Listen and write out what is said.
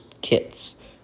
kits